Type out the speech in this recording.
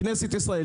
בכנסת ישראל,